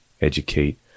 educate